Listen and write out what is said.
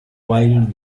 while